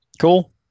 Cool